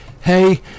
hey